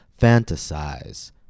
fantasize